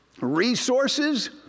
resources